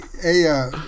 hey